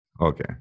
Okay